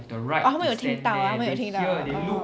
but 他们有听到 lah 他们有听到 ah orh